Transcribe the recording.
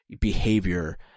behavior